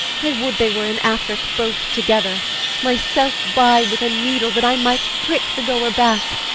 i would they were in afric both together myself by with a needle, that i might prick the goer-back.